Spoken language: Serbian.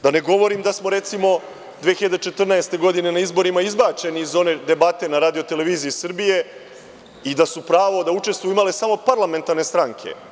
Da ne govorim da smo, recimo, 2014. godine na izborima izbačeni iz one debate na RTS i da su pravo da učestvuju imali samo parlamentarne stranke.